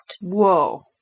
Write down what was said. Whoa